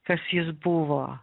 kas jis buvo